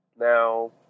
Now